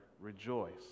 rejoice